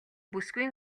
бүсгүйн